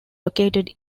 located